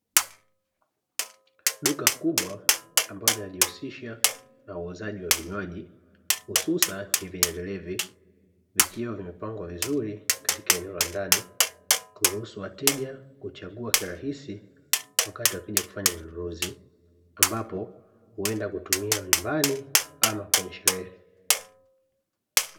Duka kubwa ambalo linajihusisha na uuzaji wa vinywaji, hususani vyenye vilevi, vikiwa vimepangwa vizuri katika eneo la ndani, kuruhusu wateja kuchagua kirahisi wakati wakija kufanya manunuzi, ambapo huwenda kutumia nyumbani, ama kwenye sherehe.